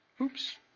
Oops